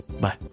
Bye